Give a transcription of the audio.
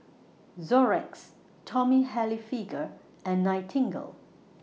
Xorex Tommy Hilfiger and Nightingale